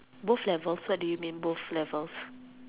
both levels what do you mean both levels